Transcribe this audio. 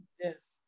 Yes